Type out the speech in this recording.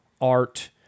art